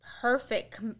perfect